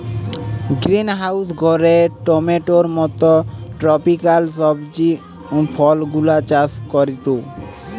greenhouse ঘরে টমেটোর মত ট্রপিকাল সবজি ফলগুলা চাষ করিটু